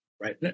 Right